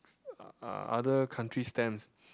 uh other country's stamp